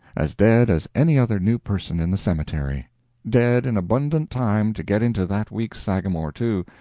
as dead as any other new person in the cemetery dead in abundant time to get into that week's sagamore, too,